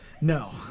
No